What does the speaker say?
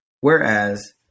Whereas